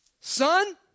Son